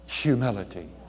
humility